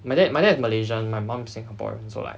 my dad my dad is malaysian my mum is singaporeans so like